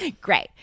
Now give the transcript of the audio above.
Great